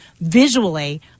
visually